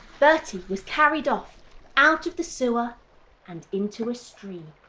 bertie was carried off out of the sewer and into a stream.